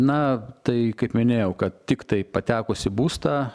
na tai kaip minėjau kad tiktai patekus į būstą